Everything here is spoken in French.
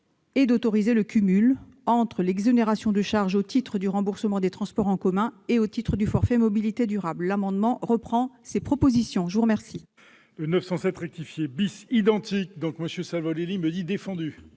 et d'autoriser le cumul entre l'exonération de charges au titre du remboursement des transports en commun et au titre du forfait mobilités durables. Notre amendement tend à reprendre ces propositions. La parole